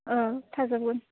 थाजोबगोन